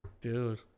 Dude